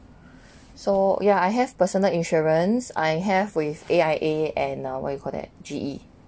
so yeah I have personal insurance I have with A_I_A and uh what you call that G_E